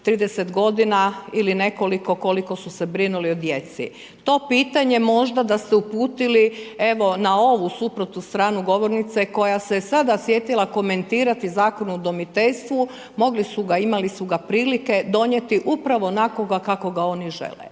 30 godina ili nekoliko koliko su se brinuli o djeci. To pitanje možda da ste uputili, evo, na ovu suprotnu stranu govornice, koja se sada sjetila komentirati Zakon o udomiteljstvu, mogli su ga, imali su ga prilike donijeti upravo onakvoga kakvoga oni želi.